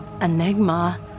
enigma